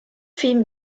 film